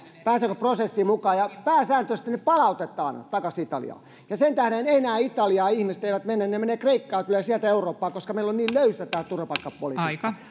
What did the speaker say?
pääseekö käsittelyprosessiin mukaan pääsääntöisesti heidät palautetaan takaisin italiaan ja sen tähden eivät italiaan enää ihmiset mene he menevät kreikkaan ja tulevat sieltä eurooppaan koska meillä on niin löysä tämä turvapaikkapolitiikka